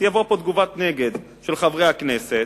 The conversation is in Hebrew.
תבוא פה תגובת נגד של חברי הכנסת,